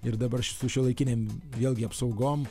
ir dabar su šiuolaikinėm vėlgi apsaugom